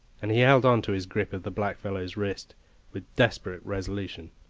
and he held on to his grip of the blackfellow's wrist with desperate resolution.